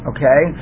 Okay